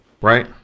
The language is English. right